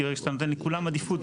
כי ברגע שאתה נותן לכולם עדיפות,